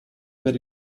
per